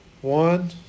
One